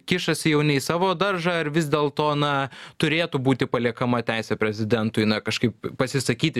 kišasi jau ne į savo daržą ar vis dėl to na turėtų būti paliekama teisė prezidentui na kažkaip pasisakyti